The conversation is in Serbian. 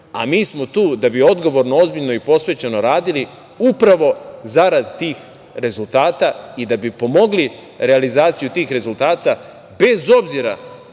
a mi smo tu da bi odgovorno, ozbiljno i posvećeno radili upravo zarad tih rezultata i da bi pomogli realizaciju tih rezultata, bez obzira